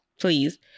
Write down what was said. please